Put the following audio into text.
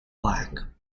black